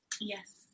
Yes